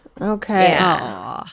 Okay